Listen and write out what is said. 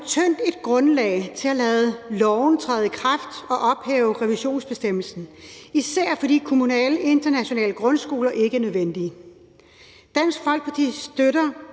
et grundlag til at lade loven træde i kraft og ophæve revisionsbestemmelsen, især fordi kommunale internationale grundskoler ikke er nødvendige. Dansk Folkeparti støtter,